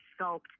sculpt